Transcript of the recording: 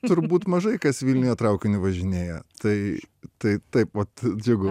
turbūt mažai kas vilniuje traukiniu važinėja tai tai taip vat džiugu